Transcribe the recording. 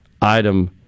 item